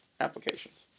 applications